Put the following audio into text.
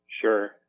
Sure